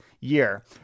year